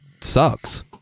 sucks